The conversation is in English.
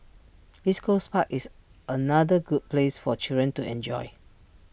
East Coast park is another good place for children to enjoy